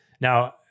Now